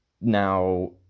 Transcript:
Now